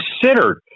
considered